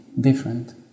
different